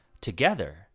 together